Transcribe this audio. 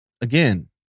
Again